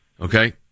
okay